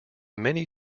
many